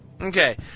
Okay